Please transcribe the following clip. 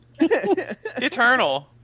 Eternal